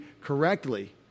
correctly